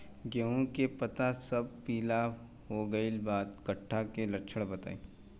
गेहूं के पता सब पीला हो गइल बा कट्ठा के लक्षण बा?